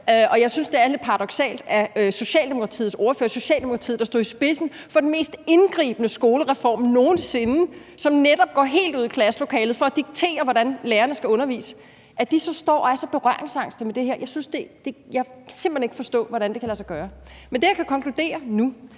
jeg synes, det er lidt paradoksalt, at ordføreren for Socialdemokratiet, Socialdemokratiet der stod i spidsen for den mest indgribende skolereform nogen sinde, som netop går helt ud i klasselokalet for at diktere, hvordan lærerne skal undervise, så står og er så berøringsangst over for det her. Jeg kan simpelt hen ikke forstå, hvordan det kan lade sig gøre. Men det, jeg kan konkludere nu,